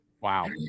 Wow